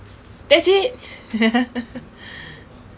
that's it